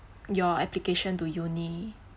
your application to uni